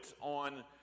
on